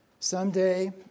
Someday